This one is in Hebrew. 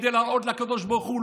כדי להראות לקדוש ברוך הוא.